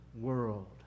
world